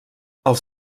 els